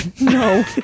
No